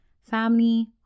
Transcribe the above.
family